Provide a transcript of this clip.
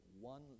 one